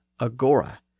agora